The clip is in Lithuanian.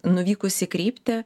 nuvykus į kryptį